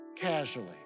casually